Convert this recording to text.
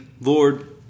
Lord